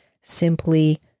simply